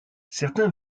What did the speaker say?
certains